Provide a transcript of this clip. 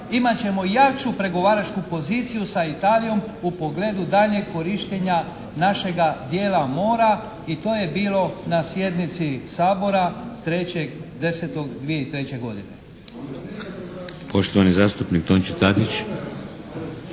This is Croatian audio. imat ćemo jaču pregovaračku poziciju sa Italijom u pogledu daljnjeg korištenja našega dijela mora i to je bilo na sjednici Sabora 3.10.2003. godine."